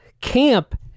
camp